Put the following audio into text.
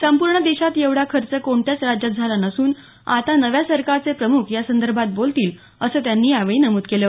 संपूर्ण देशात येवढा खर्च कोणत्याच राज्यात झाला नसून आता नव्या सरकारचे प्रमुख या संदर्भात बोलतील असं त्यांनी यावेळी नमुद केलं